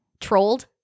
trolled